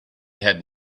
had